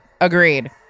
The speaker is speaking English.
Agreed